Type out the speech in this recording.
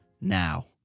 now